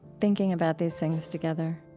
thinking about these things together